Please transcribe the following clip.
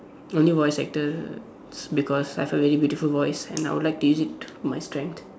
only voice actor because I have a really beautiful voice and I would like to use it to my strength